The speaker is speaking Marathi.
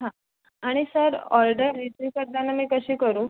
हां आणि सर ऑर्डर रिसिव करताना मी कशी करू